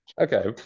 okay